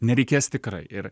nereikės tikrai ir